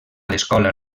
l’escola